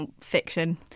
fiction